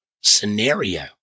scenario